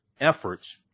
efforts